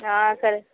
సరే